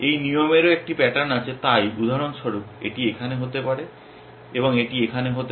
এই নিয়মেরও একই প্যাটার্ন আছে তাই উদাহরণস্বরূপ এটি এখানে হতে পারে এবং এটি এখানে হতে পারে